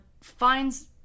finds